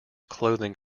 clothing